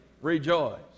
rejoice